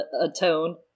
atone